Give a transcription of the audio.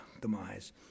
demise